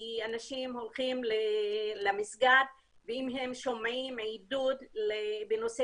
כי אנשים הולכים למסגד ואם הם שומעים עידוד בנושא